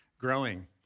growing